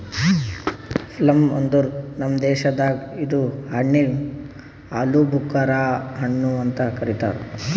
plum ಅಂದುರ್ ನಮ್ ದೇಶದಾಗ್ ಇದು ಹಣ್ಣಿಗ್ ಆಲೂಬುಕರಾ ಹಣ್ಣು ಅಂತ್ ಕರಿತಾರ್